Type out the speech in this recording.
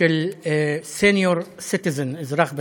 של senior citizen, "אזרח ותיק",